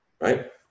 right